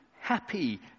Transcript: happy